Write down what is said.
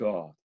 God